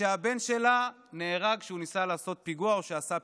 כשהבן שלה נהרג כשהוא ניסה לעשות פיגוע או שעשה פיגוע.